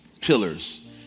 pillars